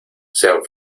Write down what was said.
sean